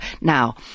now